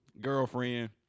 Girlfriend